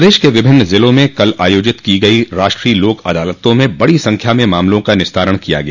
प्रदेश के विभिन्न जिलों में कल आयाजित की गयी राष्ट्रीय लोक अदालतों में बड़ी संख्या मे मामलों का निस्तारण किया गया